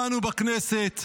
בנו, בכנסת,